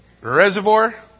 Reservoir